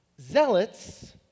Zealots